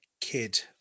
kid